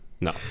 no